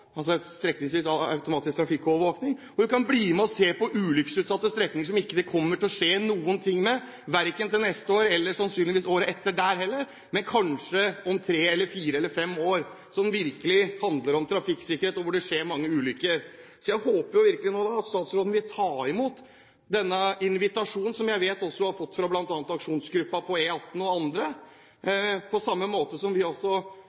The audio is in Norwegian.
kan bli med og se på ulykkesutsatte strekninger som det ikke kommer til å skje noen ting med, verken til neste år og sannsynligvis ikke året etter det heller, men kanskje om tre eller fire eller fem år. Her handler det om trafikksikkerhet på strekninger hvor det skjer mange ulykker, så jeg håper virkelig at statsråden vil ta imot denne invitasjonen, som jeg vet hun også har fått fra aksjonsgruppen på E18 og andre. På samme måte som vi